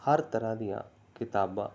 ਹਰ ਤਰ੍ਹਾਂ ਦੀਆਂ ਕਿਤਾਬਾਂ